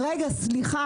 סליחה,